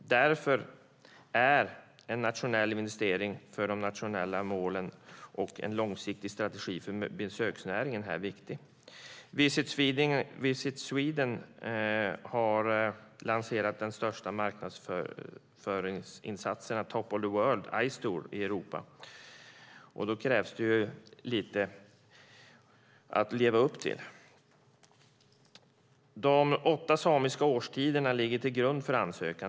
Därför är en nationell investering för de nationella målen och en långsiktig strategi för besöksnäringen viktig. Visit Sweden har lanserat den största marknadsföringsinsatsen i Europa, top of the world ice tour. Då finns det lite att leva upp till. De åtta samiska årstiderna ligger till grund för ansökan.